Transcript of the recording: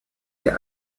der